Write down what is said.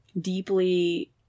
deeply